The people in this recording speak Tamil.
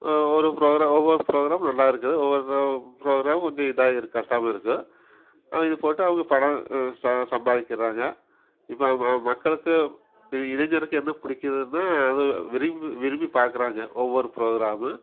ஒரு ப்ரொக்ராம் ஒவ்வொரு ப்ரொக்ராம் நல்லாயிருக்குது ஒவ்வொரு ப்ரொ ப்ரொக்ராம் கொஞ்சம் இதாக கஷ்டமாக இருக்குது அவங்க போட்டு அவங்க பணம் ச சம்பாதிக்கிறாங்க இப்போ மக்களுக்கு இளைஞருக்கு என்ன பிடிக்கிதுன்னா அதை விரும்பி விரும்பி பார்க்குறாங்க ஒவ்வொரு ப்ரொக்ராமு